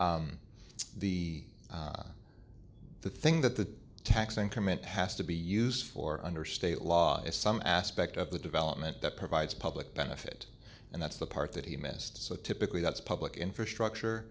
the the thing that the tax increment has to be useful or under state law is some aspect of the development that provides public benefit and that's the part that he missed so typically that's public infrastructure